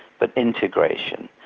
but integration.